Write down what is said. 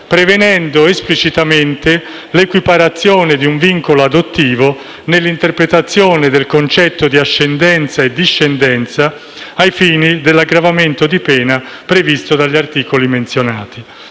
prevedendo esplicitamente l'equiparazione di un vincolo adottivo nell'interpretazione del concetto di ascendenza e discendenza ai fini dell'aggravamento di pena previsto dagli articoli menzionati.